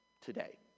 today